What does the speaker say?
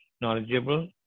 knowledgeable